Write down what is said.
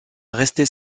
restée